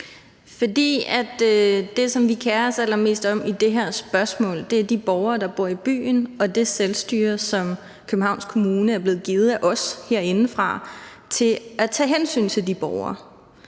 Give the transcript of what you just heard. Fordi det, som vi kerer os allermest om i det her spørgsmål, er de borgere, der bor i byen, og det selvstyre, som Københavns Kommune er blevet givet af os herindefra til at tage hensyn til de borgere.